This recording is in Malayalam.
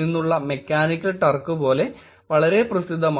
നിന്നുള്ള മെക്കാനിക്കൽ ടർക് പോലെ വളരെ പ്രസിദ്ധമാണ്